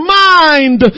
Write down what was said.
mind